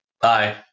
Bye